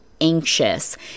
anxious